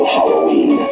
Halloween